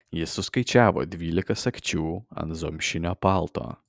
jis suskaičiavo dvylika sagčių ant zomšinio palto